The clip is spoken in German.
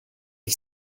ich